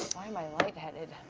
why am i light-headed?